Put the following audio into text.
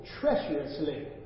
treacherously